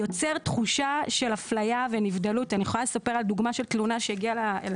אבל כשהם מגיעים,